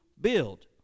build